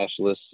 cashless